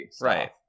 Right